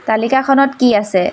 তালিকাখনত কি আছে